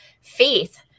faith